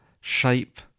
shape